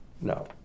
no